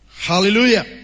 Hallelujah